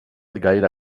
gaire